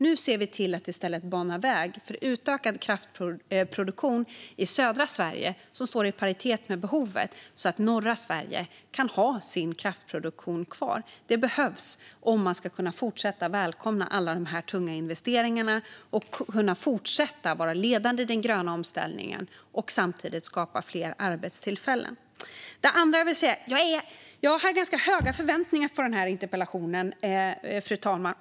Nu ser vi till att i stället bana väg för utökad kraftproduktion i södra Sverige som står i paritet med behovet så att norra Sverige kan ha sin kraftproduktion kvar. Det behövs om man ska kunna fortsätta att välkomna alla tunga investeringar och kunna fortsätta att vara ledande i den gröna omställningen och samtidigt skapa fler arbetstillfällen. Det andra jag vill säga är att jag hade ganska höga förväntningar på den här interpellationen, fru talman.